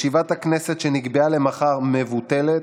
ישיבת הכנסת שנקבעה למחר מבוטלת.